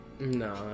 No